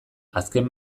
azken